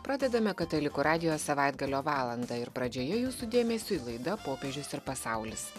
pradedame katalikų radijo savaitgalio valandą ir pradžioje jūsų dėmesiui laida popiežius ir pasaulis